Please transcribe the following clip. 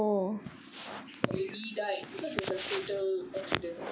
then my relatives thought that we died because it was a fatal accident